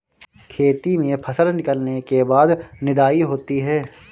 खेती में फसल निकलने के बाद निदाई होती हैं?